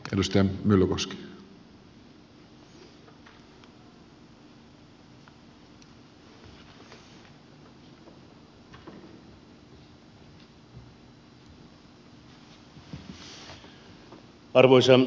arvoisa herra puhemies